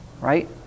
right